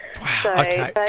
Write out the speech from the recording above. Wow